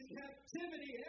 captivity